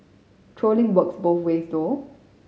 trolling works both ways though